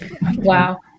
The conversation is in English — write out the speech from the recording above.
wow